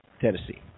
Tennessee